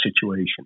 situation